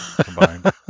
Combined